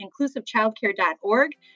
inclusivechildcare.org